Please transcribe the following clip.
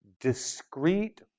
discrete